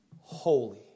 holy